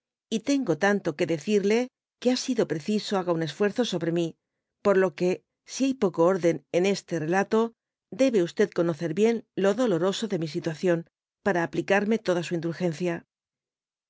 y tengo tanto que decirle que ha sido preciso haga un esfuerzo sobre mi por lo que si hay poco orden en este relato debe conocer bien lo doloroso de mi situación pra aplicarme toda su indulgencia